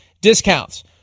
discounts